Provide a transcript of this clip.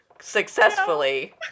successfully